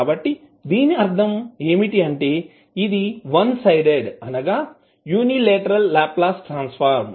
కాబట్టి దీని అర్ధం ఏమిటి అంటే ఇది వన్ సైడెడ్ అనగా యూనిలేటరల్ లాప్లాస్ ట్రాన్సఫర్మ్